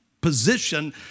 position